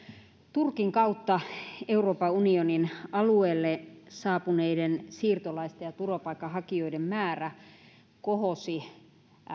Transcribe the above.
turkin kautta euroopan unionin alueelle saapuneiden siirtolaisten ja turvapaikanhakijoiden määrä kohosi